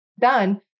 done